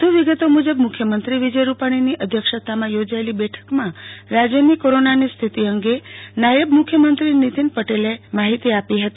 વધુ વિગતો મુજબ મુખ્યમંત્રી વિજય રૂપાણીની અધ્યક્ષતામાં યોજાયેલી બેઠકમાં રાજ્ય્નની કોરોનાની સ્થિતિ અંગે નાયબ મુખ્યમંત્રી નીતિન પટેલે માહિતી આપી હતી